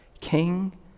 king